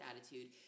attitude